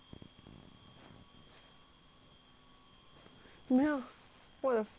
没有 what the fuck eh jessie